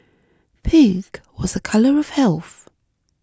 pink was a colour of health